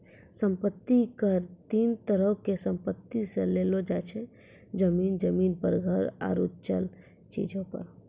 सम्पति कर तीन तरहो के संपत्ति से लेलो जाय छै, जमीन, जमीन मे घर आरु चल चीजो पे